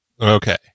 okay